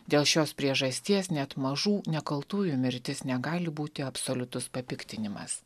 dėl šios priežasties net mažų nekaltųjų mirtis negali būti absoliutus papiktinimas